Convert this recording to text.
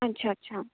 अच्छा अच्छा